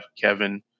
Kevin